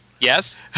yes